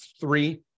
Three